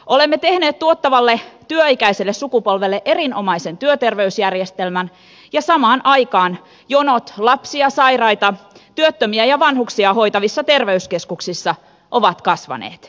olemme tehneet tuottavalle työikäiselle sukupolvelle erinomaisen työterveysjärjestelmän ja samaan aikaan jonot lapsia sairaita työttömiä ja vanhuksia hoitavissa terveyskeskuksissa ovat kasvaneet